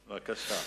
בבקשה.